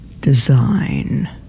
design